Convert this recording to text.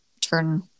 turn